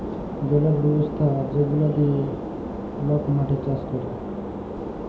জলের ব্যবস্থা যেগলা দিঁয়ে লক মাঠে চাষ ক্যরে